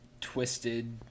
twisted